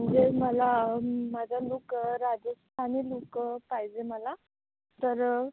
म्हणजे मला माझा लुक राजस्थानी लुक पाहिजे मला तर